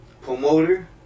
promoter